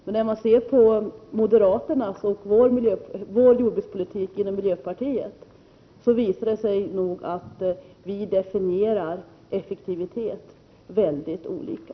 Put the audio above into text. Men när man jämför moderaternas jordbrukspolitik och miljöpartiets jordbrukspolitik visar det sig att vi definierar begreppet effektivitet mycket olika.